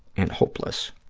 and hopeless.